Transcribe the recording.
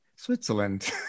Switzerland